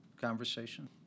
conversation